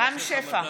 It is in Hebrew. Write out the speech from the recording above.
רם שפע,